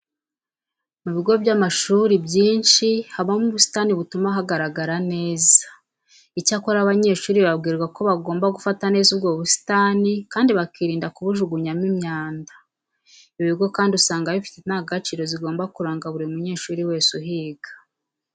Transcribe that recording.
Mu bigo by'amashuri byinshi haba harimo ubusitani butuma hagaragara neza. Icyakora abanyeshuri babwirwa ko bagomba gufata neza ubwo busitani kandi bakirinda kubujugunyamo imyanda. Ibi bigo kandi usanga bifite indangagaciro zigomba kuranga buri munyeshuri wese uhiga.